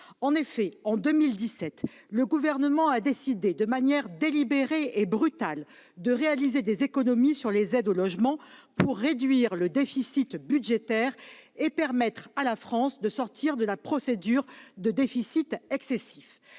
En effet, en 2017, le Gouvernement a décidé, de manière délibérée et brutale, de réaliser des économies sur les aides au logement pour réduire le déficit budgétaire et permettre à la France de sortir de la procédure pour déficit excessif.